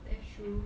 that's true